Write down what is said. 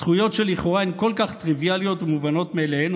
זכויות שלכאורה הן כל כך טריוויאליות ומובנות מאליהן,